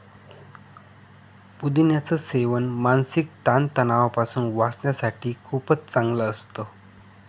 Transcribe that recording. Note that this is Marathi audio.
पुदिन्याच सेवन मानसिक ताण तणावापासून वाचण्यासाठी खूपच चांगलं असतं